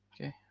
Okay